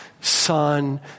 Son